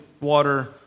water